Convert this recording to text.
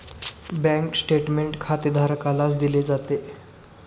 bank statement खातेधारकालाच दिले जाते